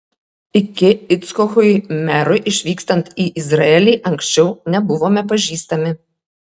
iki icchokui merui išvykstant į izraelį arčiau nebuvome pažįstami